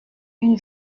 une